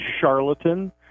charlatan